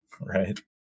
Right